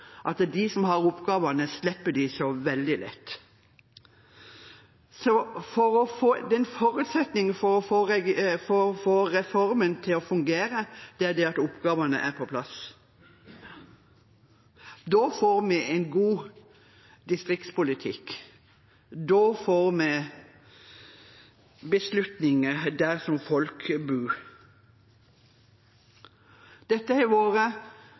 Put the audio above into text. at de som har oppgavene, slipper dem så veldig lett. Så en forutsetning for å få reformen til å fungere er at oppgavene er på plass. Da får vi en god distriktspolitikk, og da får vi beslutninger der som folk bor. Jeg ble ordfører i en primærkommune i det forrige årtusenet, og jeg har